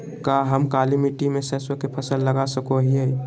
का हम काली मिट्टी में सरसों के फसल लगा सको हीयय?